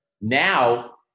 Now